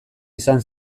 izan